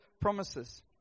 promises